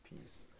peace